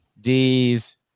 D's